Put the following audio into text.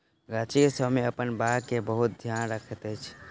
गाछी के स्वामी अपन बाग के बहुत ध्यान रखैत अछि